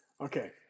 Okay